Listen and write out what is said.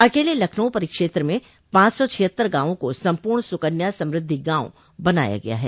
अकेले लखनऊ परिक्षेत्र में पांच सौ छियत्तर गांवों को सम्पूर्ण सुकन्या समृद्धि गांव बनाया गया है